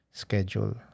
schedule